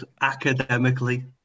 Academically